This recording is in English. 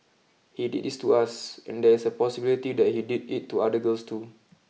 he did this to us and there is a possibility that he did it to other girls too